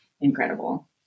incredible